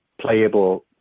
playable